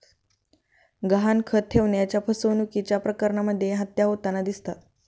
गहाणखत ठेवण्याच्या फसवणुकीच्या प्रकरणांमध्येही हत्या होताना दिसतात